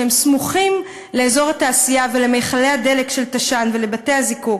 שסמוכים לאזור התעשייה ולמכלי הדלק של תש"ן ולבתי-הזיקוק,